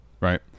right